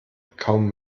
kaum